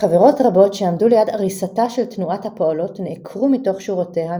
"חברות רבות שעמדו ליד עריסתה של תנועת הפועלות נעקרו מתוך שורותיה,